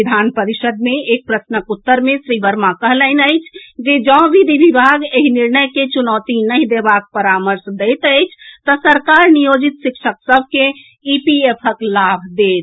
विधान परिषद मे एक प्रश्नक उत्तर मे श्री वर्मा कहलनि अछि जे जँ विधि विभाग एहि निर्णय कें च्रनौती नहिं देबाक परामर्श दैत अछि तऽ सरकार नियोजित शिक्षक सभ कें ईपीएफक लाभ देत